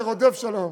אוהב שלום ורודף שלום.